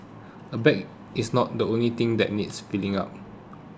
a bag is not the only thing that needs filling up